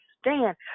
stand